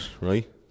right